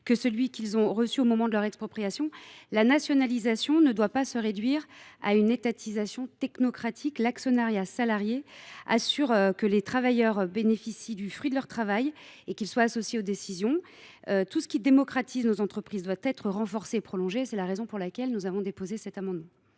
que l’indemnité qu’ils ont perçue au moment de leur expropriation. La nationalisation ne doit pas se réduire à une étatisation technocratique. L’actionnariat salarié garantit aux travailleurs de bénéficier du fruit de leur travail et d’être associés aux décisions. Tout ce qui tend à démocratiser nos entreprises doit être renforcé et prolongé : c’est la raison pour laquelle nous avons déposé ces amendements.